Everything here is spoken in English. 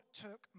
took